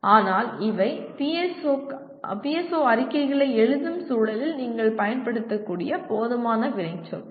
ஆனால் இவை PSO அறிக்கைகளை எழுதும் சூழலில் நீங்கள் பயன்படுத்தக்கூடிய போதுமான வினைச்சொற்கள்